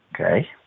Okay